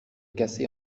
cassé